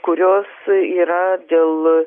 kurios yra dėl